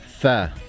Tha